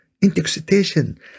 intoxication